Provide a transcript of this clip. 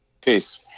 Peace